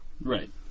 Right